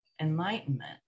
enlightenment